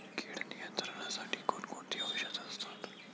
कीड नियंत्रणासाठी कोण कोणती औषधे असतात?